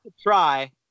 try